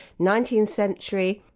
nineteenth century,